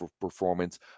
performance